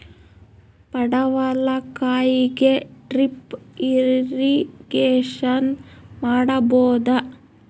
ಪಡವಲಕಾಯಿಗೆ drip irrigation ಮಾಡಬೋದ?